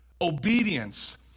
obedience